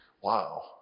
wow